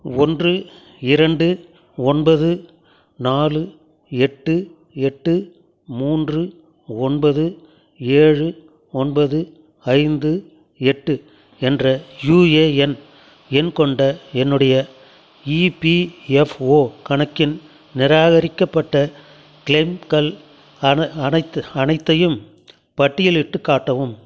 ஒன்று இரண்டு ஒன்பது நாலு எட்டு எட்டு மூன்று ஒன்பது ஏழு ஒன்பது ஐந்து எட்டு என்ற யுஏஎன் எண் கொண்ட என்னுடைய இபிஎஃப்ஓ கணக்கின் நிராகரிக்கப்பட்ட க்ளைம்கள் அன அனைத் அனைத்தையும் பட்டியலிட்டுக் காட்டவும்